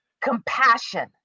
compassion